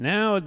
Now